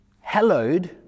hallowed